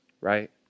right